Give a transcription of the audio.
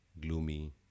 gloomy